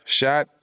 shot